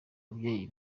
ababyeyi